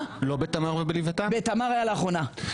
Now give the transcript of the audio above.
בתמר הייתה לאחרונה.